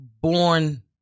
born